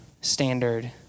standard